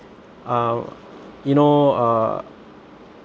uh you know uh